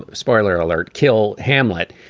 ah spoiler alert, kill hamlet.